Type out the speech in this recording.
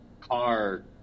car